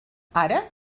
ara